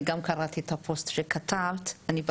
אני גם קראתי את הפוסט שכתבת ובכיתי